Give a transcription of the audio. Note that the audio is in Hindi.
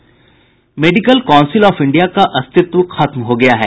मेडिकल काउंसिल ऑफ इंडिया का अस्तित्व खत्म हो गया है